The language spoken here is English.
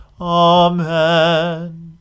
Amen